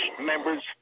member's